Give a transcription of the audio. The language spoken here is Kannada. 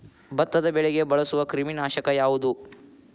ಭತ್ತದ ಬೆಳೆಗೆ ಬಳಸುವ ಕ್ರಿಮಿ ನಾಶಕ ಯಾವುದು?